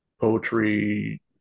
poetry